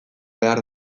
behar